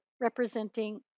representing